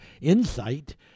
insight